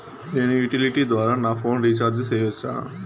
నేను యుటిలిటీ ద్వారా నా ఫోను రీచార్జి సేయొచ్చా?